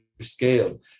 scale